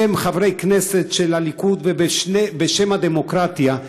בשם חברי כנסת של הליכוד ובשם הדמוקרטיה.